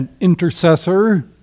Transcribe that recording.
intercessor